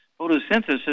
photosynthesis